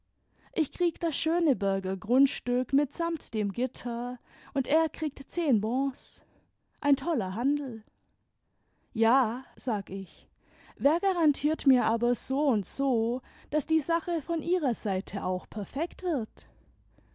ich krieg das schöneberger grundstück mitsamt dem gitter und er kriegt zehn bons ein toller handel ja sag ich wer garantiert mir aber so und so daß die sache von ihrer seite auch perfekt wird